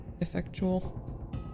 effectual